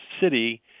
city